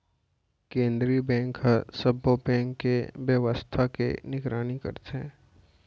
केंद्रीय बेंक ह सब्बो बेंक के बेवस्था के निगरानी करथे